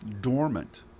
dormant